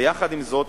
יחד עם זאת,